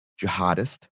Jihadist